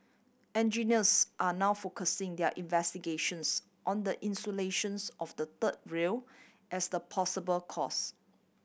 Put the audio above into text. engineers are now focusing their investigations on the insulations of the third rail as the possible cause